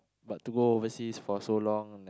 but to go overseas for so long n~